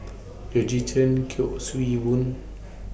Georgette Chen Kuik Swee Boon